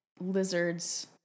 Lizards